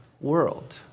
world